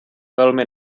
velmi